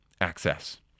access